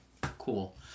cool